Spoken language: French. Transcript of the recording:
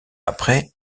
après